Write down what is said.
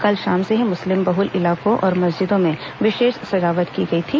कल शाम से ही मुस्लिम बहुल इलाकों और मस्जिदों में विशेष सजावट की गई थी